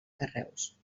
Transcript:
carreus